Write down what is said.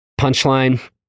punchline